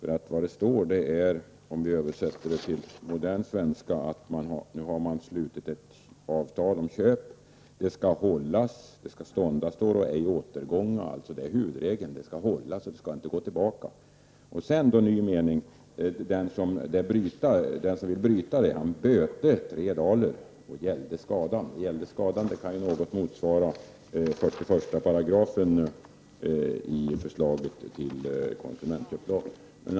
Det som står, om vi översätter det till modern svenska, är att när man har slutit ett avtal om köp skall det hållas. Det skall stånda, står det, ej återgånga. Det är huvudregeln. Det skall hållas, det skall inte gå tillbaka. I ny mening står det att den som vill bryta avtalet ”Han böte tre daler och gällde skadån”. ”Gällde skadan” kan något motsvaras av 41§ i förslaget till konsumentköplag.